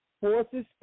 Forces